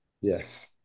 Yes